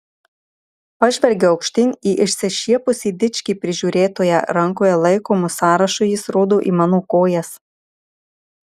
pažvelgiu aukštyn į išsišiepusį dičkį prižiūrėtoją rankoje laikomu sąrašu jis rodo į mano kojas